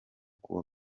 kuwa